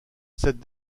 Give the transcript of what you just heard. cette